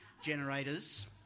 generators